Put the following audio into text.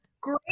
great